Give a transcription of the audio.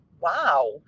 wow